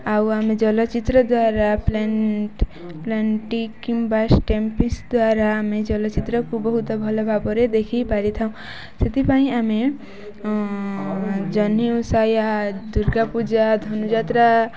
ଆଉ ଆମେ ଚଳଚ୍ଚିତ୍ର ଦ୍ୱାରା କିମ୍ବା ଦ୍ୱାରା ଆମେ ଚଳଚ୍ଚିତ୍ରକୁ ବହୁତ ଭଲ ଭାବରେ ଦେଖି ପାରିଥାଉ ସେଥିପାଇଁ ଆମେ ଜହ୍ନି ଓଷା ୟା ଦୁର୍ଗାପୂଜା ଧନୁଯାତ୍ରା